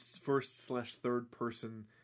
first-slash-third-person